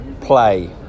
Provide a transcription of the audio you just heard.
play